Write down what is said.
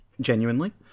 genuinely